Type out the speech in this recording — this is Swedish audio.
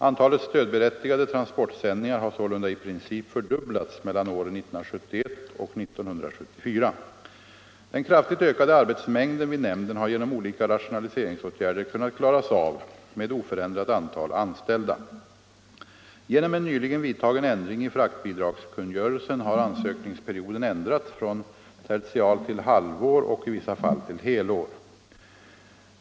Antalet stödberättigade transportsändningar har sålunda i princip fördubblats mellan åren 1971 och 1974. Den kraftigt ökade arbetsmängden vid nämnden har genom olika rationaliseringsåtgärder kunnat klaras av med oförändrat antal anställda. Genom en nyligen vidtagen ändring i fraktbidragskungörelsen har ansökningsperioden ändrats från tertial till halvår och i vissa fall till helår.